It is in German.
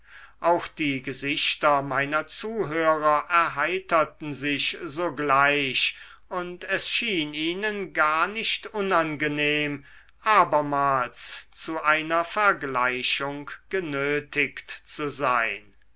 auch die gesichter meiner zuhörer erheiterten sich sogleich und es schien ihnen gar nicht unangenehm abermals zu einer vergleichung genötigt zu sein